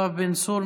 יואב בן צור,